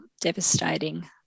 devastating